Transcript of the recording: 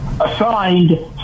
assigned